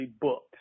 booked